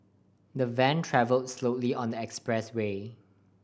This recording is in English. the van travelled slowly on the expressway